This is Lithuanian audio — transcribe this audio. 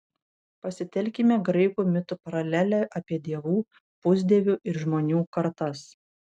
pasitelkime graikų mitų paralelę apie dievų pusdievių ir žmonių kartas